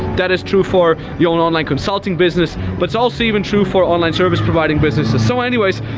that is true for your own online consulting business, but it's also even true for online service providing businesses. so anyways,